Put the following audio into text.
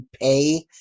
pay